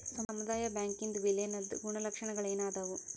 ಸಮುದಾಯ ಬ್ಯಾಂಕಿಂದ್ ವಿಲೇನದ್ ಗುಣಲಕ್ಷಣಗಳೇನದಾವು?